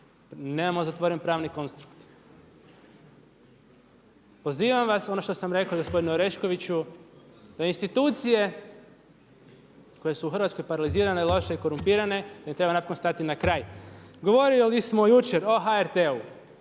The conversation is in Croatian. nemamo zatvoren pravni konstrukt. Pozivam vas ono što sam rekao i gospodinu Oreškoviću da institucije koje su u Hrvatskoj paralizirane, loše i korumpirane da im treba napokon stati na kraj. Govorili smo jučer o HRT-u